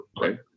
right